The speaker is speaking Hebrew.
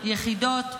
יחידות,